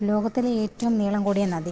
ലോകത്തിലെ ഏറ്റവും നീളം കൂടിയ നദി